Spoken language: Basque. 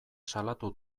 salatu